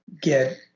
get